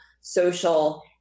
Social